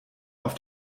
auf